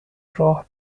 راه